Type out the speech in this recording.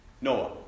Noah